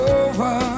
over